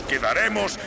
quedaremos